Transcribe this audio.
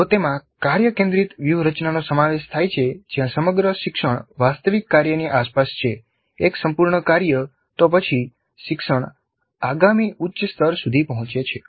જો તેમાં કાર્ય કેન્દ્રિત વ્યૂહરચનાનો સમાવેશ થાય છે જ્યાં સમગ્ર શિક્ષણ વાસ્તવિક કાર્યની આસપાસ થાય છે એક સંપૂર્ણ કાર્ય તો પછી શિક્ષણ આગામી ઉચ્ચ સ્તર સુધી પહોંચે છે